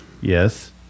yes